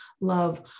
love